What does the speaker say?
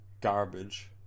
Garbage